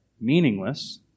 meaningless